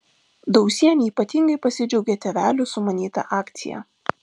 dausienė ypatingai pasidžiaugė tėvelių sumanyta akcija